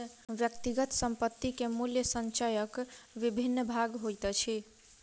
व्यक्तिगत संपत्ति के मूल्य संचयक विभिन्न भाग होइत अछि